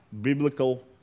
biblical